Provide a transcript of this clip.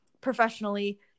professionally